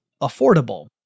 affordable